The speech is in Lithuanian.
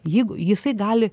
jeigu jisai gali